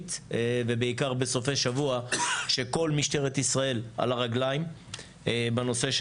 היום-יומית ובעיקר בסופי שבוע שכל משטרת ישראל על הרגליים בנושא של